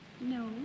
No